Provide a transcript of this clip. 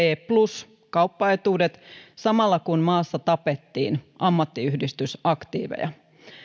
gsp plus kauppaetuudet samalla kun maassa tapettiin ammattiyhdistysaktiiveja